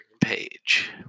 Page